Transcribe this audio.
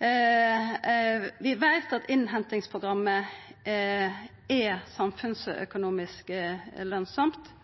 Vi veit at innhentingsprogrammet er samfunnsøkonomisk lønsamt.